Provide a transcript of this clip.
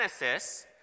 Genesis